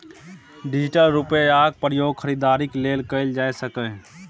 digital रुपैयाक प्रयोग खरीदारीक लेल कएल जा सकैए